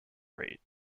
rate